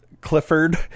Clifford